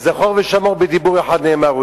זכור ושמור בדיבור אחד, נאמר.